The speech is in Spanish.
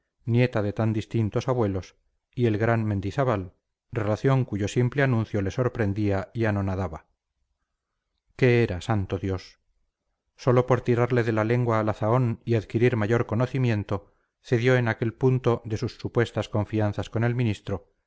nieta de tan distintos abuelos y el gran mendizábal relación cuyo simple anuncio le sorprendía y anonadaba qué era santo dios sólo por tirarle de la lengua a la zahón y adquirir mayor conocimiento cedió en aquel punto de sus supuestas confianzas con el ministro